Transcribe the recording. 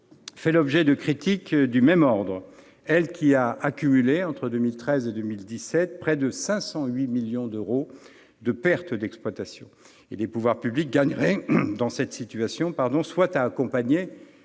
fait l'objet de critiques du même ordre, elle qui a accumulé, entre 2013 et 2017, près de 508 millions d'euros de pertes d'exploitation. Les pouvoirs publics gagneraient, dans cette situation, soit à accompagner